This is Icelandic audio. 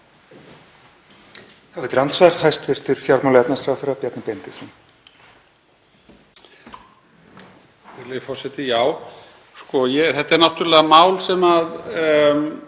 þetta er náttúrlega mál sem á